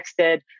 texted